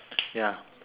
ya